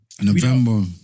November